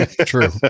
True